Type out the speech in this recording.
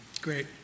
Great